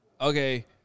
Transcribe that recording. okay